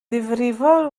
ddifrifol